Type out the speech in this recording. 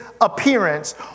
appearance